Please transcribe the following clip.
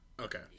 okay